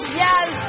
yes